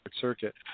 circuit